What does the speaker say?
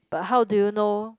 but how do you know